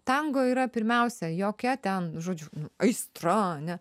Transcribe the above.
tango yra pirmiausia jokia ten žodžiu aistra ane